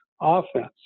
offense